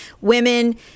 women